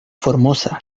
formosa